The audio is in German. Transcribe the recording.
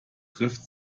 trifft